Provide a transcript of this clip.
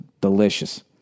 Delicious